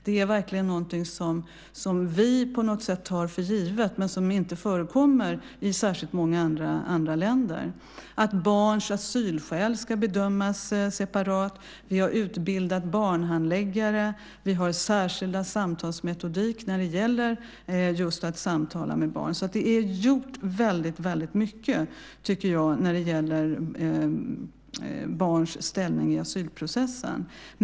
Det är verkligen någonting som vi tar för givet men som inte förekommer i särskilt många andra länder. Barns asylskäl ska bedömas separat. Vi har utbildat barnhandläggare. Vi har en särskild samtalsmetodik när det gäller just att samtala med barn. Det har gjorts väldigt mycket, tycker jag, när det gäller barns ställning i asylprocessen.